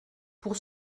pour